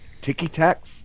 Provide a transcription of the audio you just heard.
ticky-tack